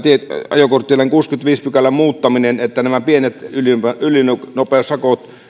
ajokorttilain kuudennenkymmenennenviidennen pykälän muuttamisen niin että nämä pienet ylinopeussakot